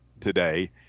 today